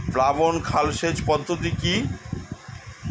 প্লাবন খাল সেচ পদ্ধতি কি?